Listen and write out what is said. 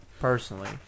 Personally